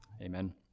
Amen